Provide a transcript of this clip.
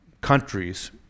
countries